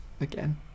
Again